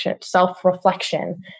self-reflection